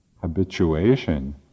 habituation